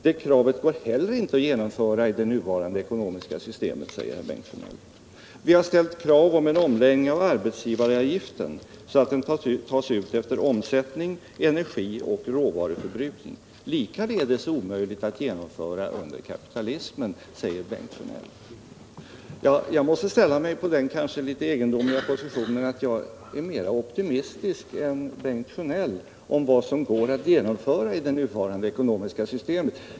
Det går inte heller att genomföra i det nuvarande ekonomiska systemet enligt Bengt Sjönell. Vi har ställt kravet på en omläggning av arbetsgivaravgiften så att den tas ut efter omsättning, energioch råvaruförbrukning. Men det är likaledes omöjligt att genomföra under kapitalismen, säger Bengt Sjönell. Jag måste inta den kanske något egendomliga positionen att vara mer optimistisk än Bengt Sjönell om vad som går att genomföra i det nuvarande ekonomiska systemet.